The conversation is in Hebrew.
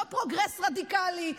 לא פרוגרס רדיקלי.